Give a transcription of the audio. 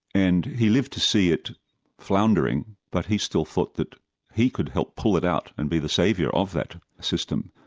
and he lived to see it floundering, but he still thought that he could help pull it out and be the saviour of that system.